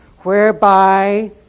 whereby